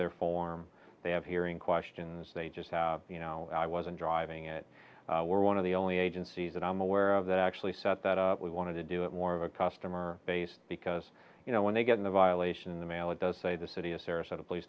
their form they have hearing questions they just you know i wasn't driving it we're one of the only agencies that i'm aware of that actually set that up we wanted to do it more of a customer base because you know when they get in the violation in the mail it does say the city of sarasota police